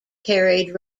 carried